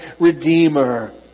Redeemer